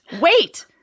wait